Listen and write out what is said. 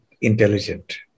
intelligent